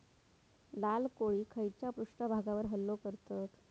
लाल कोळी खैच्या पृष्ठभागावर हल्लो करतत?